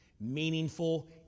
meaningful